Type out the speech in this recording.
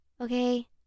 Okay